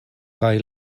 kaj